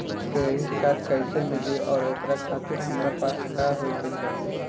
Credit card कैसे मिली और ओकरा खातिर हमरा पास का होए के चाहि?